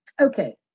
Okay